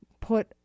put